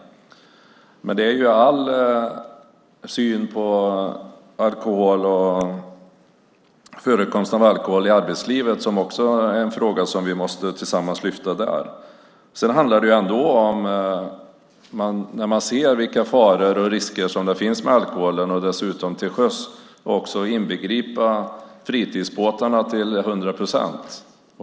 Men det gäller all syn på alkohol och förekomsten av alkohol i arbetslivet, vilket också är en fråga som vi tillsammans måste lyfta fram där. När man ser vilka faror och risker som finns med alkoholen även till sjöss måste också fritidsbåtarna inbegripas till hundra procent.